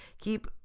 keep